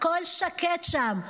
הכול שקט שם.